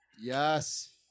Yes